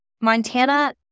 Montana